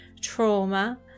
trauma